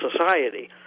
society